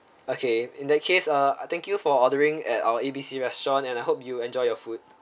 okay in that case uh uh thank you for ordering at our A B C restaurant and I hope you enjoy your food